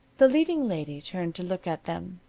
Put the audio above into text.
the leading lady turned to look at them,